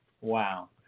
Wow